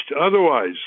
otherwise